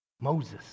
Moses